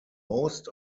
most